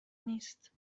نیست